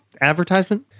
Advertisement